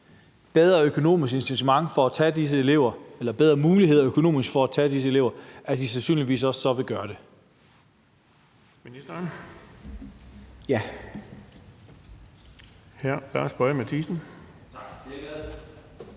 bedre økonomisk incitament til at tage disse elever eller bedre muligheder økonomisk for at tage disse elever, vil de sandsynligvis så også gøre det?